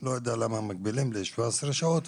לא יודע למה מגבילים ל-17 שעות,